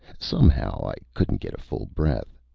somehow, i couldn't get a full breath.